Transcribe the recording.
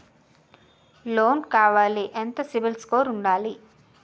Loan కావాలి ఎంత CIBIL score ఉండాలి?